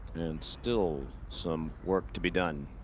and still some work to be done.